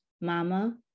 mama